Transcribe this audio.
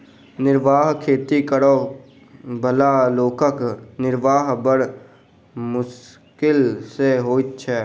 निर्वाह खेती करअ बला लोकक निर्वाह बड़ मोश्किल सॅ होइत छै